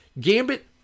Gambit